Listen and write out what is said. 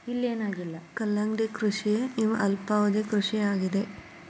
ಕಲ್ಲಂಗಡಿ ಕೃಷಿಯ ಅಲ್ಪಾವಧಿ ಕೃಷಿ ಆಗಿದೆ